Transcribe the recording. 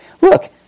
Look